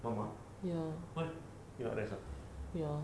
mama why you nak rest ah